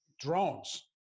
drones